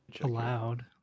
allowed